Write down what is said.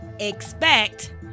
expect